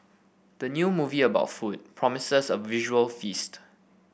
the new movie about food promises a visual feast